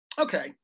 Okay